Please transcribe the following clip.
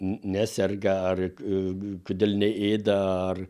neserga ar kodėl neėda ar